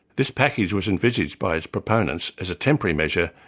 this package was envisaged by its proponents as a temporary measure,